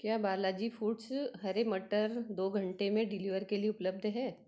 क्या बालाजी फूड्स हरे मटर दो घंटे में डिलीवर के लिए उपलब्ध है